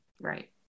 Right